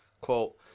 quote